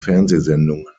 fernsehsendungen